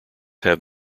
have